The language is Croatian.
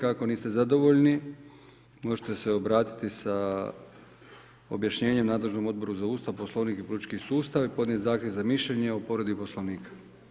Ako niste zadovoljni možete se obratiti sa objašnjenjem nadležnom Odboru za Ustav, Poslovnik i politički sustav i podnijeti zahtjev za mišljenje o povredi Poslovnika.